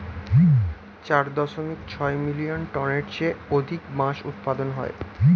চার দশমিক ছয় মিলিয়ন টনের চেয়ে অধিক বাঁশ উৎপাদন হয়